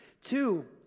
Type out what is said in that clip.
Two